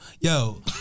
Yo